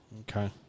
Okay